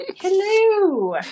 hello